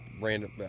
Random